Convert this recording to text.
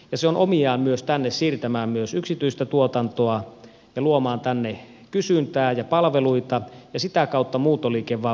se on omiaan tänne siirtämään myös yksityistä tuotantoa ja luomaan tänne kysyntää ja palveluita ja sitä kautta muuttoliike vain voimistuu